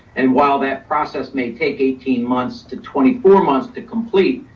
and while that process may take eighteen months to twenty four months to complete,